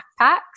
backpacks